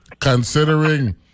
Considering